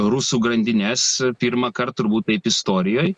rusų grandinės pirmąkart turbūt taip istorijoj